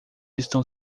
estão